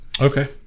Okay